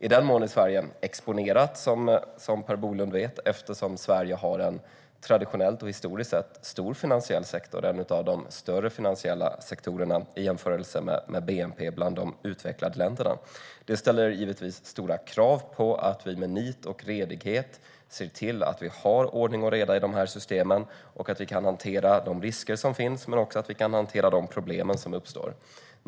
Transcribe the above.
Sverige är exponerat, som Per Bolund vet, eftersom Sverige har en traditionellt och historiskt sett stor finansiell sektor. Det är en av de större finansiella sektorerna i relation till bnp bland de utvecklade länderna. Det ställer givetvis stora krav på att vi med nit och redlighet ser till att vi har ordning och reda i dessa system och att vi kan hantera de risker som finns men också att vi kan hantera de problem som uppstår.